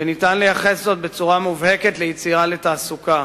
וניתן לייחס זאת בצורה מובהקת ליציאה לתעסוקה.